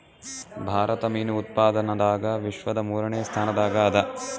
ಭಾರತ ಮೀನು ಉತ್ಪಾದನದಾಗ ವಿಶ್ವದ ಮೂರನೇ ಸ್ಥಾನದಾಗ ಅದ